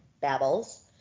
babbles